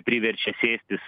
priverčia sėstis